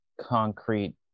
concrete